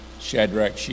Shadrach